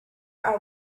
are